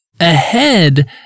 ahead